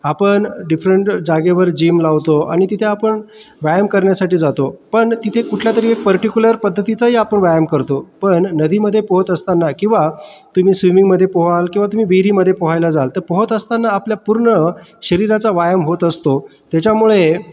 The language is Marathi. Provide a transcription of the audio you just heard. आपण डिफरंट जागेवर जिम लावतो आणि तिथे आपण व्यायाम करण्यासाठी जातो पण तिथे कुठलातरी पर्टिक्युलर पद्धतीचाही आपण व्यायाम करतो पण नदीमध्ये पोहत असताना किंवा तुम्ही स्विमिंगमध्ये पोहाल किंवा तुम्ही विहिरीमध्ये पोहायला जाल तर पोहत असताना आपल्या पूर्ण शरीराचा व्यायाम होत असतो त्याच्यामुळे